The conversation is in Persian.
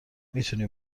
میتونی